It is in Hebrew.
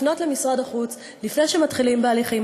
לפנות למשרד החוץ לפני שמתחילים בהליכים